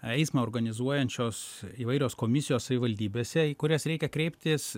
eismą organizuojančios įvairios komisijos savivaldybėse į kurias reikia kreiptis